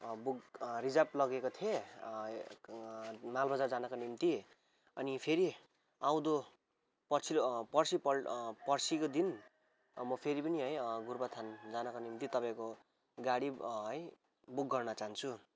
book reserve लगेको थिएँ मालबजार जानको निम्ति अनि फेरि आउँदो पछिल्लो पर्सिपल्ट पर्सिको दिन म फेरि पनि है गोरुबथान जानको निम्ति तपाईँको गाडी है बुक गर्न चाहन्छु